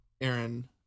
aaron